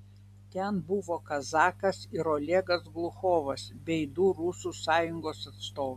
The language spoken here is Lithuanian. ten buvo kazakas ir olegas gluchovas bei du rusų sąjungos atstovai